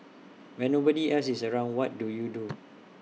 when nobody else is around what do you do